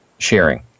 sharing